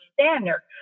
standard